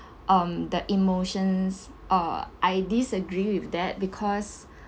um the emotions uh I disagree with that because